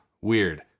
Weird